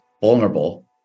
vulnerable